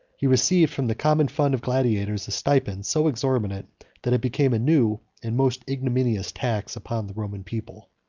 he received from the common fund of gladiators a stipend so exorbitant that it became a new and most ignominious tax upon the roman people.